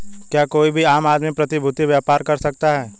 क्या कोई भी आम आदमी प्रतिभूती व्यापार कर सकता है?